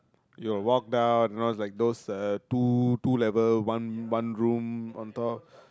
you will walk down you know is like those uh two two level one one room on top